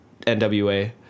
NWA